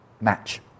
match